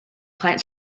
client